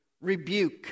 rebuke